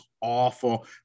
awful